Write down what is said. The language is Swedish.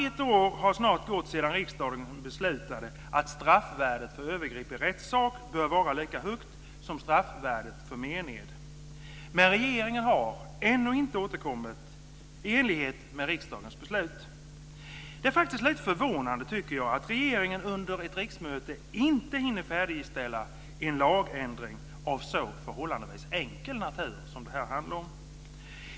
Ett år har snart gått sedan riksdagen beslutade att straffvärdet för övergrepp i rättssak bör vara lika högt som straffvärdet för mened. Men regeringen har ännu inte återkommit med förslag i enlighet med riksdagens beslut. Det är faktiskt lite förvånande att regeringen under ett riksmöte inte hinner färdigställa en lagändring av en så förhållandevis enkel natur som det här handlar om.